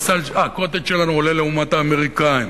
ה"קוטג'" שלנו עולה לעומת אצל האמריקנים,